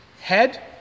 Head